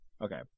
Okay